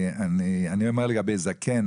אני אומר לגבי זקן,